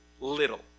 little